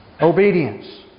Obedience